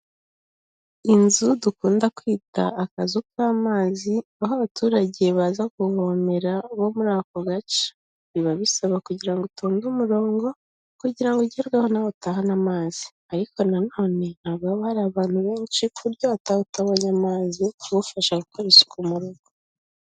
Inzu dukunda kwita akazu k'amazi, aho abaturage baza kuvomera bo muri ako gace, biba bisaba kugira ngo utonde umurongo kugira ngo ugerweho nawe utahane amazi ariko na none ntabwo haba hari abantu benshi ku buryo wataha utabonye amazi agufasha gukora isuku mu rugo.